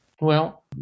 Well-